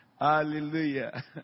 Hallelujah